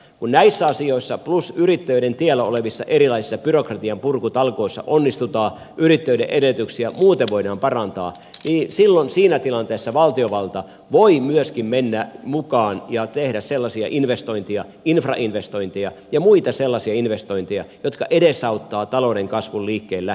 kun näissä asioissa plus yrittäjyyden tiellä olevissa erilaisissa byrokratian purkutalkoissa onnistutaan ja yrittäjyyden edellytyksiä muuten voidaan parantaa niin silloin siinä tilanteessa valtiovalta voi myöskin mennä mukaan ja tehdä infrainvestointeja ja muita sellaisia investointeja jotka edesauttavat talouden kasvun liikkeelle lähtemistä